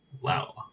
Wow